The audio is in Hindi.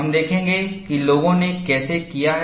हम देखेंगे कि लोगों ने कैसे किया है